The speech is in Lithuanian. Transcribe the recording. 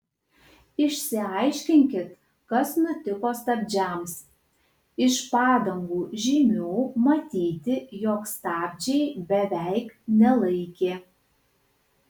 išsiaiškinkit kas nutiko stabdžiams iš padangų žymių matyti jog stabdžiai beveik nelaikė